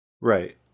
Right